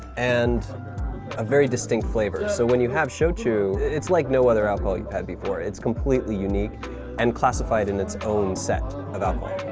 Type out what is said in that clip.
and a very distinct flavor. so when you have shochu, it's like no other alcohol you've had before, it's completely unique and classified in it's own set of alcohol.